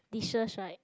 dishes right